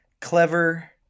clever